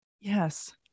Yes